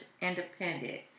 independent